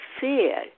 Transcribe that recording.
fear